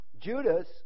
Judas